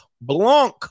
Blanc